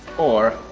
or,